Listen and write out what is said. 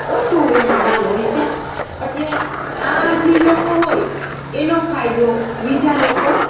ઓછું એને જ્ઞાન હોય છે એટલે આ જે લોકો હોય એનો ફાયદો બીજા લોકો